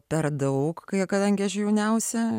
per daug kai kadangi aš jauniausia